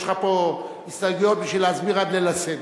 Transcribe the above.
יש לך פה הסתייגויות בשביל להסביר עד ליל הסדר,